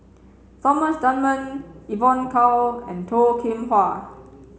Thomas Dunman Evon Kow and Toh Kim Hwa